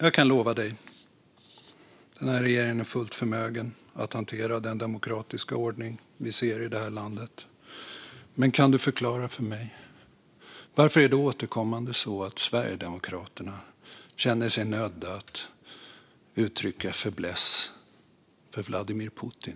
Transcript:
Jag kan lova dig att den här regeringen är fullt förmögen att hantera den demokratiska ordning vi ser i det här landet. Men kan du förklara för mig varför det återkommande är så att Sverigedemokraterna känner sig nödgade att uttrycka en fäbless för Vladimir Putin?